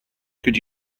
could